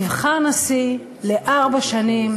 נבחר נשיא לארבע שנים,